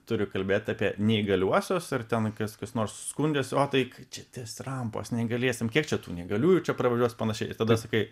turi kalbėti apie neįgaliuosius ar ten kas kas nors skundėsi o tai kai čia ties rampos neįgaliesiem kiek čia tų neįgaliųjų čia pravažiuos panašiai ir tada sakai